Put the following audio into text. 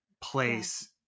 place